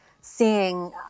seeing